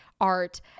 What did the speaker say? art